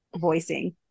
voicing